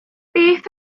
beth